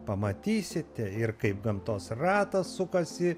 pamatysite ir kaip gamtos ratas sukasi